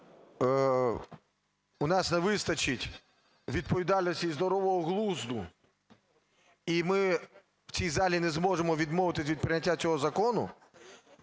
у нас не вистачить відповідальності і здорового глузду і ми в цій залі не зможемо відмовитись від прийняття цього закону,